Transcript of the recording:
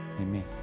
Amen